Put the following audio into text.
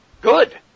good